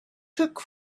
took